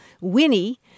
Winnie